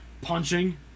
punching